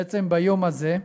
בעצם ביום הזה,